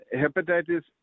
hepatitis